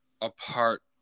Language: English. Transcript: apart